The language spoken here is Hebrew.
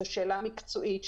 זו שאלה מקצועית.